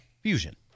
fusion